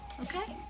okay